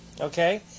Okay